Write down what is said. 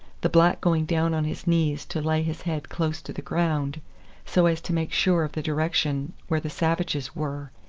the black going down on his knees to lay his head close to the ground so as to make sure of the direction where the savages were,